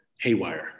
haywire